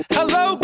Hello